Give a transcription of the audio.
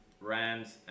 Rams